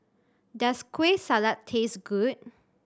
does Kueh Salat taste good